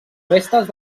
restes